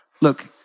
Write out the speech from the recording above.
look